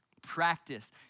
practice